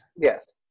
Yes